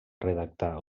redactar